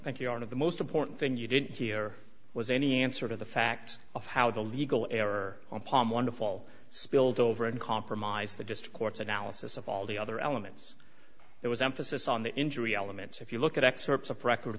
cardoza thank you are on of the most important thing you didn't hear was any answer to the fact of how the legal error on palm wonderful spilled over and compromised the just court's analysis of all the other elements there was emphasis on the injury elements if you look at excerpts of record